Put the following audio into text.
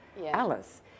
Alice